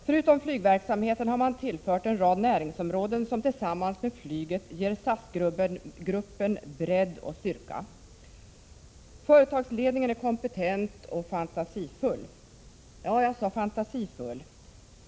Förutom flygverksamheten har man tillfört en rad näringsområden som tillsammans med flyget ger SAS-gruppen bredd och styrka. Företagsledningen är kompetent och fantasifull. Ja, jag sade fantasifull.